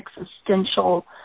existential